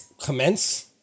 commence